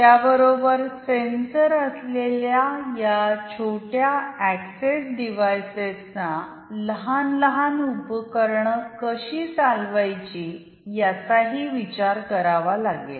त्याबरोबर सेन्सर असलेल्या या छोट्या अॅक्सेस डिव्हाइसेसना लहान लहान उपकरणे कशी चालवायची याचाही विचार करावा लागेल